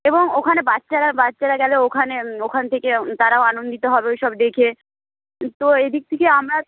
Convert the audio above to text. এবং ওখানে বাচ্চারা বাচ্চারা গেলে ওখানে ওখান থেকে তারাও আনন্দিত হবে ওই সব দেখে তো এই দিক থেকে আমরা